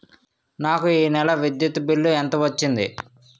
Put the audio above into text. నాకు ఈ నెల విద్యుత్ బిల్లు ఎంత వచ్చింది?